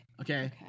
Okay